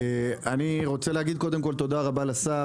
אני רוצה להגיד קודם כל תודה רבה לשר